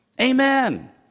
Amen